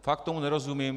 Fakt tomu nerozumím.